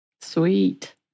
Sweet